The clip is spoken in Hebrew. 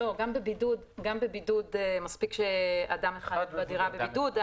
גם בבידוד מספיק שאדם אחד בדירה בבידוד.